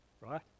right